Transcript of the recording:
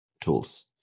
tools